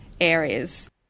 areas